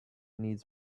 needs